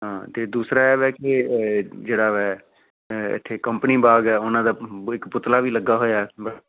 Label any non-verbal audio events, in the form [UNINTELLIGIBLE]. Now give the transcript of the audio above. ਹਾਂ ਅਤੇ ਦੂਸਰਾ ਐ ਵੈ ਕਿ ਜਿਹੜਾ ਵੈ ਇੱਥੇ ਕੰਪਨੀ ਬਾਗ਼ ਆ ਉਹਨਾਂ ਦਾ [UNINTELLIGIBLE] ਇੱਕ ਪੁਤਲਾ ਵੀ ਲੱਗਾ ਹੋਇਆ